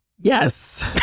Yes